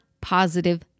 positive